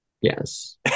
Yes